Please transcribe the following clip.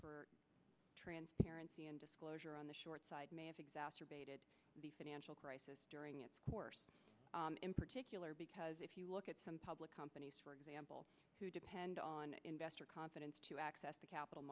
for transparency and disclosure on the short side may have exacerbated the financial crisis during its course in particular because if you look at some public companies for example who depend on investor confidence to access to capital